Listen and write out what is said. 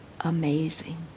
amazing